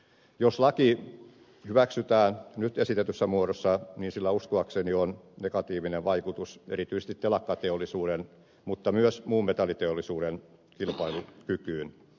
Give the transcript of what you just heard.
jos laki hyväksytään nyt esitetyssä muodossa sillä uskoakseni on negatiivinen vaikutus erityisesti telakkateollisuuden mutta myös muun metalliteollisuuden kilpailukykyyn